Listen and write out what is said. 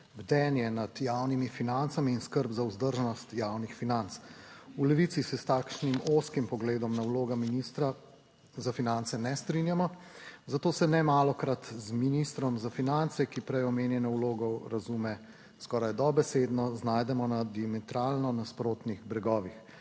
bdenje nad javnimi financami in skrb za vzdržnost javnih financ. V Levici se s takšnim ozkim pogledom na vlogo ministra za finance ne strinjamo, zato se nemalokrat z ministrom za finance, ki prej omenjeno vlogo razume skoraj dobesedno, znajdemo na diametralno nasprotnih bregovih.